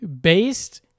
Based